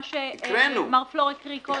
מה שמר פלור הקריא קודם.